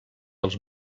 als